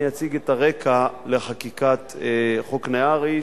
אני אציג את הרקע לחקיקת חוק נהרי,